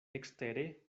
ekstere